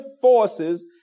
forces